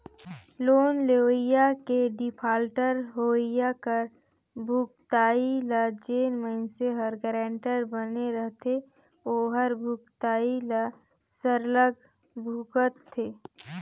loan लेवइया के defaulter होवई कर भुगतई ल जेन मइनसे हर गारंटर बने रहथे ओहर भुगतई ल सरलग भुगतथे